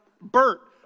Bert